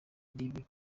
ribi